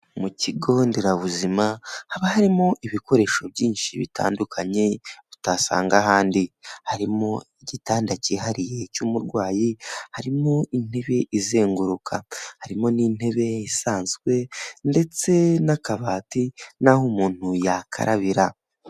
Mu kigo nderabuzima haba harimo ibikoresho byinshi bitandukanye utasanga ahandi harimo igitanda cyihariye cy'umurwayi, harimo intebe izenguruka, harimo n'intebe isanzwe ndetse n'akabati n'aho umuntu yakarabira.